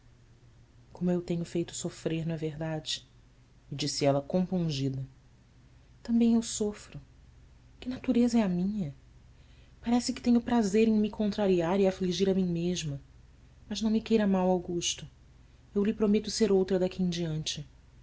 como eu o tenho feito sofrer não é verdade me disse ela compungida ambém eu sofro que natureza é a minha parece que tenho prazer em me contrariar e afligir a mim mesma mas não me queira mal augusto eu lhe prometo ser outra daqui em diante